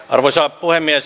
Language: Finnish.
arvoisa puhemies